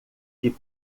que